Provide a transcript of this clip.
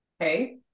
Okay